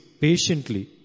patiently